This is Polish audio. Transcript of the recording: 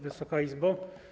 Wysoka Izbo!